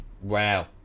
wow